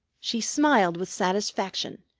she smiled with satisfaction,